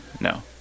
No